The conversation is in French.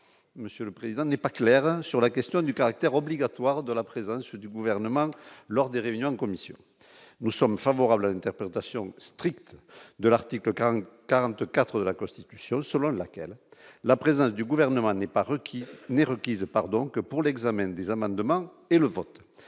monsieur le président, n'est pas clair sur la question du caractère obligatoire de la présence du gouvernement lors des réunions de commission, nous sommes favorables à une interprétation stricte de l'article 40 44 de la Constitution, selon laquelle la présence du gouvernement n'est pas requis n'est requise par donc pour l'examen des amendements et le vote,